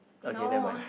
okay never mind